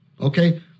Okay